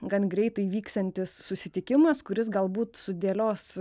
gan greitai vyksiantis susitikimas kuris galbūt sudėlios